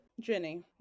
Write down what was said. Jenny